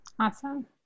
Awesome